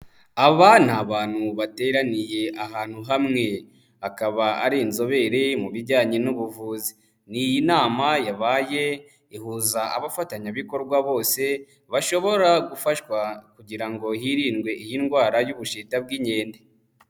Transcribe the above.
Aba ni abantu bateraniye ahantu hamwe, akaba ari inzobere mu bijyanye n'ubuvuzi, niyi nama yabaye, ihuza abafatanyabikorwa bose, bashobora gufashwa kugira ngo hirindwe iyi ndwara y'ubushita bw'inkende.